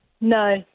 No